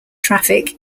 traffic